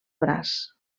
braç